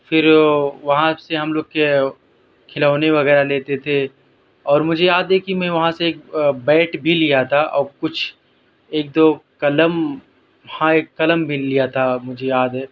پھر وہاں سے ہم لوگ کے کھلونے وغیرہ لیتے تھے اور مجھے یاد ہے کہ میں وہاں سے ایک بیٹ بھی لیا تھا اور کچھ ایک دو قلم وہاں ایک قلم بھی لیا تھا مجھے یاد ہے